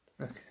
Okay